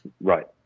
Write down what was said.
Right